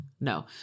No